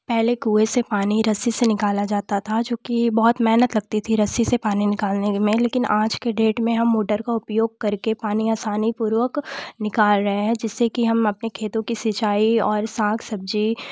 पहले कुएँ से पानी रस्सी से निकाला जाता था जो कि बहुत मेहनत लगती थी रस्सी से पानी निकालने के में लेकिन आज की डेट में हम मोटर का उपयोग करके पानी आसानीपूर्वक निकाल रहे हैं जिससे कि हम अपने खेतों कि सिंचाई और साग सब्जी